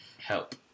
help